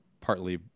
partly